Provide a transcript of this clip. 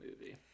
movie